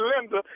Linda